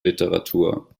literatur